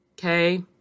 okay